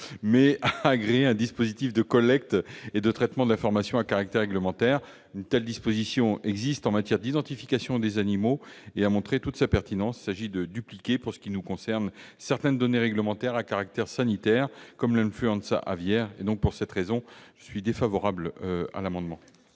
mais à agréer un dispositif de collecte et de traitement de l'information à caractère réglementaire. Une telle disposition, qui existe en matière d'identification des animaux, a montré toute sa pertinence. Il s'agit de dupliquer, pour ce qui nous concerne, certaines données réglementaires à caractère sanitaire, liées notamment à l'influenza aviaire. Pour ces raisons, le Gouvernement est défavorable à ces amendements